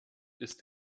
ist